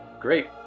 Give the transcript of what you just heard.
Great